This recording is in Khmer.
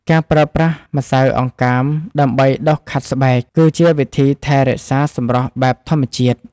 ការប្រើប្រាស់ម្សៅអង្កាមដើម្បីដុសខាត់ស្បែក គឺជាវិធីថែរក្សាសម្រស់បែបធម្មជាតិ។